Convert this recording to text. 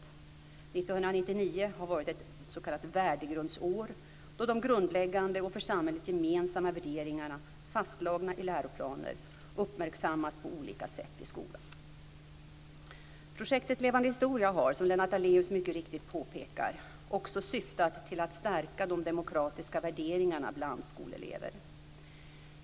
1999 har varit ett "värdegrundsår" då de grundläggande och för samhället gemensamma värderingarna - fastslagna i läroplaner - uppmärksammas på olika sätt i skolan. Projektet Levande historia har, som Lennart Daléus mycket riktigt påpekar, också syftat till att stärka de demokratiska värderingarna bland skolelever.